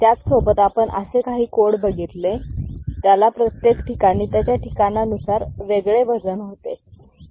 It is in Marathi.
त्याच सोबत आपण असे काही कोड बघितले त्याला प्रत्येक ठिकाणी त्याच्या ठिकाणानुसार वेगळे वजन होते